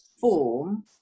form